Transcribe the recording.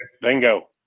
Bingo